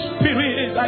Spirit